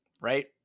right